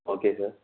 okay sir